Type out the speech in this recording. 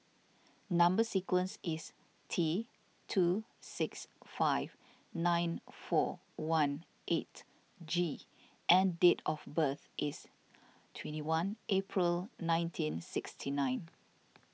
Number Sequence is T two six five nine four one eight G and date of birth is twenty one April nineteen sixty nine